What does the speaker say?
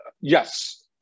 Yes